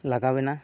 ᱞᱟᱜᱟᱣᱮᱱᱟ